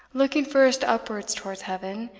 looking first upwards towards heaven,